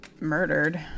murdered